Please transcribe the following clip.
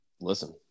Listen